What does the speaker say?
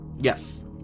Yes